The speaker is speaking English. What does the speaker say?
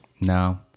No